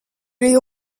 les